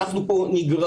אנחנו פה נגררים,